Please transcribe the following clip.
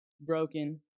broken